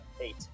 eight